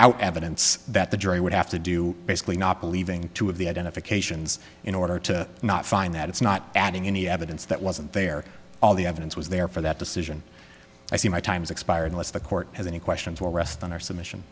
out evidence that the jury would have to do basically not believing two of the identifications in order to not find that it's not adding any evidence that wasn't there all the evidence was there for that decision i see my time's expired unless the court has any questions will rest on our submission